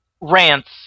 rants